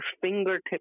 fingertips